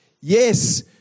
Yes